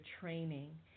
training